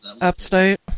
Upstate